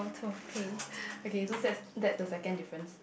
okay so that that's the second difference